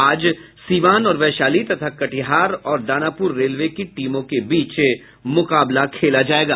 आज सीवान और वैशाली तथा कटिहार और दानापुर रेलवे की टीमों के बीच मुकाबला होगा